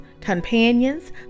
companions